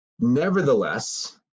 Nevertheless